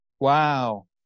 Wow